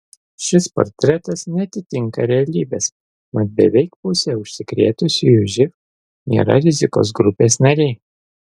šis portretas neatitinka realybės mat beveik pusė užsikrėtusiųjų živ nėra rizikos grupės nariai